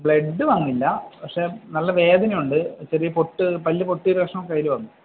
blood വന്നില്ല പക്ഷേ നല്ല വേദനയുണ്ട് ചെറിയ പൊട്ട് പല്ല് പൊട്ടി ഒരു കഷണം കയ്യിൽ വന്നു